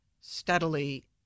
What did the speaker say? steadily